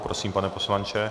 Prosím, pane poslanče.